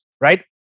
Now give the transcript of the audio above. right